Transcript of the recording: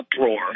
uproar